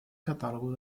catalogo